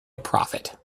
profit